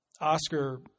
Oscar